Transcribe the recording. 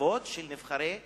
כבוד אל נבחרי ציבור.